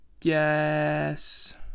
Yes